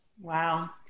Wow